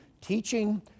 teaching